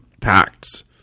packed